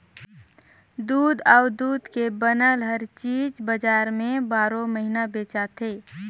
दूद अउ दूद के बनल चीज हर बजार में बारो महिना बेचाथे